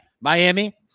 Miami